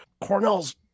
Cornell's